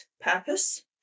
purpose